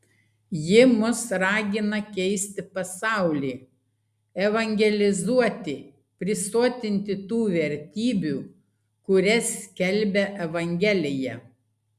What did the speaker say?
ji mus ragina keisti pasaulį evangelizuoti prisotinti tų vertybių kurias skelbia evangelija